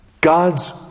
God's